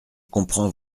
comprends